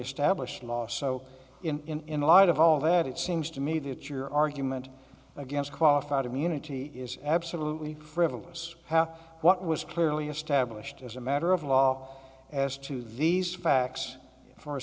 established law so in a lot of all that it seems to me that your argument against qualified immunity is absolutely frivolous half what was clearly established as a matter of law as to these facts for a